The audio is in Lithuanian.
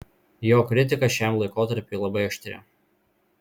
jo kritika šiam laikotarpiui labai aštri